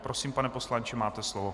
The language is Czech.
Prosím, pane poslanče, máte slovo.